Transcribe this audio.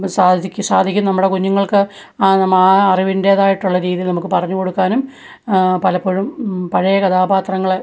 സാധിക്കു സാധിക്കും നമ്മുടെ കുഞ്ഞുങ്ങൾക്ക് ആ അറിവിൻറ്റേതായിട്ടുള്ള രീതിയിൽ നമുക്ക് പറഞ്ഞുകൊടുക്കാനും പലപ്പോഴും പഴയ കഥാപാത്രങ്ങളെ